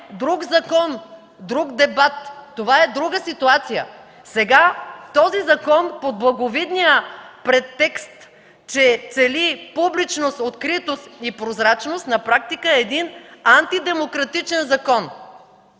друг закон, друг дебат. Това е друга ситуация. Сега този закон под благовидния претекст, че цели публичност, откритост и прозрачност, на практика е един антидемократичен закон,